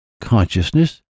consciousness